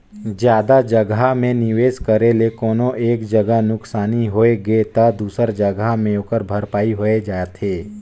जादा जगहा में निवेस करे ले कोनो एक जगहा नुकसानी होइ गे ता दूसर जगहा में ओकर भरपाई होए जाथे